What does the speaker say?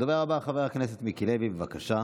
הדובר הבא, חבר הכנסת מיקי לוי, בבקשה.